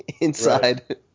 inside